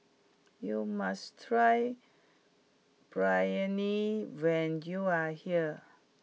you must try Biryani when you are here